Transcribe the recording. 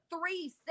three